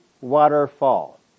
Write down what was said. waterfall